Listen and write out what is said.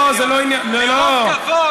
לא, זה לא עניין, מרוב כבוד, לא.